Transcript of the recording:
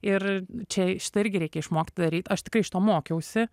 ir čia šitą irgi reikia išmokti daryt aš tikrai šito mokiausi